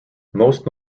most